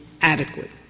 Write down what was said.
adequate